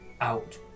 Out